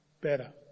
better